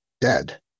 dead